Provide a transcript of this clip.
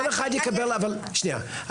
שנייה,